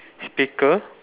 speaker